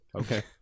okay